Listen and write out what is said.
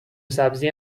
سبزی